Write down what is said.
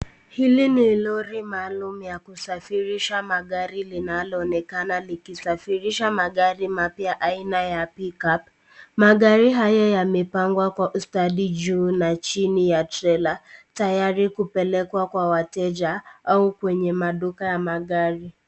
Hili ni lori maalum ya kusafirisha magari linaloonekana likisafirisha magari mapya aina ya pick up . magari haya yamepangua Kwa ustadi juu na chini ya trela. Tayari kupelekwa kwa wateja au kwenye maduka na magari.